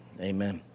amen